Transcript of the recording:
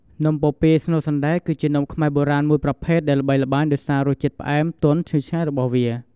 នំពពាយស្នូលសណ្តែក គឺជានំខ្មែរបុរាណមួយប្រភេទដែលល្បីល្បាញដោយសាររសជាតិផ្អែម ទន់ ឈ្ងុយឆ្ងាញ់ របស់វា។